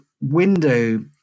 window